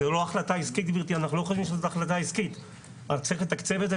זו לא החלטה עסקית, גברתי, צריך לתקצב את זה.